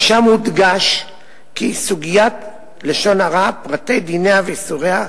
ושם הודגש: סוגיית לשון הרע, פרטי דיניה ואיסוריה,